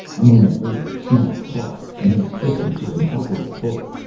a moment later it snapped taut and he stiffened to an upward pull.